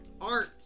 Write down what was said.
art